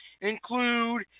include